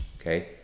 Okay